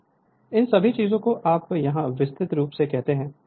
Refer Slide Time 2142 इन सभी चीजों को आप यहां विस्तृत रूप से कहते हैं